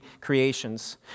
creations